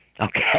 okay